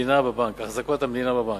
המדינה בבנק.